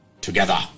together